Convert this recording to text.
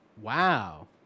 Wow